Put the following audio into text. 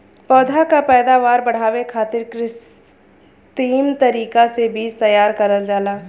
पौधा क पैदावार बढ़ावे खातिर कृत्रिम तरीका से बीज तैयार करल जाला